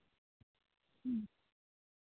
ᱦᱩᱸ